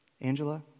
Angela